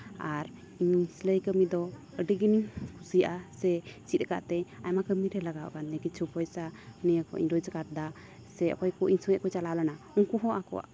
ᱟᱨ ᱤᱧ ᱥᱤᱞᱟᱹᱭ ᱠᱟᱹᱢᱤ ᱫᱚ ᱟᱹᱰᱤ ᱜᱟᱱᱮᱧ ᱠᱩᱥᱤᱭᱟᱜ ᱥᱮ ᱪᱮᱫ ᱠᱟᱫᱛᱮ ᱟᱭᱢᱟ ᱠᱟᱹᱢᱤ ᱨᱮ ᱞᱟᱜᱟᱣ ᱠᱟᱱᱛᱤᱧᱟ ᱠᱤᱪᱷᱩ ᱯᱚᱭᱥᱟ ᱱᱤᱭᱟᱹ ᱠᱷᱚᱱᱤᱧ ᱨᱳᱡᱽᱜᱟᱨᱫᱟ ᱥᱮ ᱚᱠᱚᱭ ᱠᱚ ᱤᱧ ᱥᱚᱸᱜᱮ ᱠᱚ ᱪᱟᱞᱟᱣ ᱞᱮᱱᱟ ᱩᱱᱠᱩ ᱦᱚᱸ ᱟᱠᱚᱣᱟᱜ